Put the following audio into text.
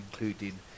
including